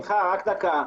רק דקה.